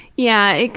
yeah, like